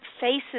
faces